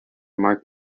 marked